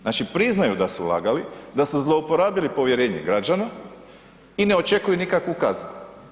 Znači priznaju da su lagali, da su zlouporabili povjerenje građana i ne očekuju nikakvu kaznu.